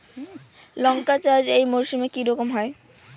লঙ্কা চাষ এই মরসুমে কি রকম হয়?